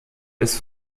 bis